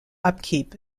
upkeep